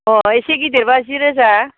अह इसे गिदिरबा जि रोजा